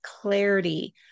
clarity